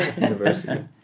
University